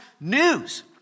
news